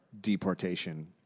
deportation